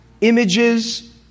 images